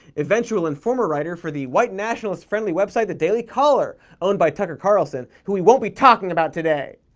eventual and former writer for the white-nationalist-friendly website the daily caller, owned by tucker carlson, who we won't be talking about today!